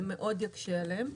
זה מאוד יקשה עליהם.